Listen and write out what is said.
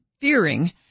fearing